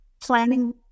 Planning